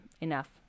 enough